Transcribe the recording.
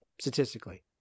statistically